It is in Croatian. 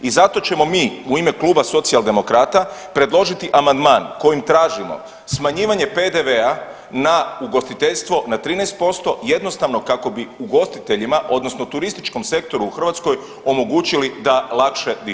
I zato ćemo mi u ime Kluba Socijaldemokrata predložiti amandman kojim tražimo smanjivanje PDV-a na ugostiteljstvo na 13% jednostavno kako bi ugostiteljima odnosno turističkom sektoru u Hrvatskoj omogućili da lakše dišu.